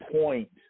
point